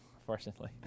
unfortunately